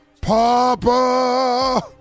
Papa